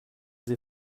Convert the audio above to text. sie